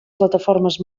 plataformes